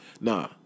Nah